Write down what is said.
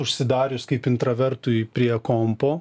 užsidarius kaip intravertui prie kompo